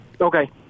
Okay